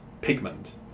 pigment